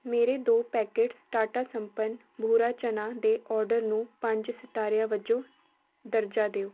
ਮੇਰੇ ਦੋ ਪੈਕੇਟਸ ਟਾਟਾ ਸੰਪੰਨ ਭੂਰਾ ਚਨਾ ਦੇ ਔਡਰ ਨੂੰ ਪੰਜ ਸਿਤਾਰਿਆਂ ਵਜੋਂ ਦਰਜਾ ਦਿਓ